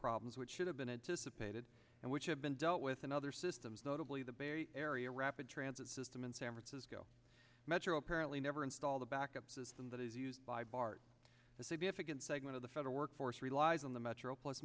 problems which should have been anticipated and which have been dealt with in other systems notably the bay area rapid transit system in san francisco metro apparently never installed a backup system that is used by bart a significant segment of the federal workforce relies on the metro plus